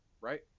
right